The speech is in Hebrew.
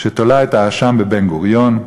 שתולה את האשם בבן-גוריון,